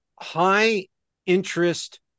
high-interest